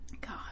God